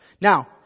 Now